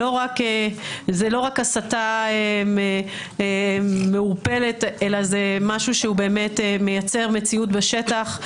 לא רק הסתה מעורפלת אלא זה משהו שהוא באמת מייצר מציאות בשטח,